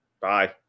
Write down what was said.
bye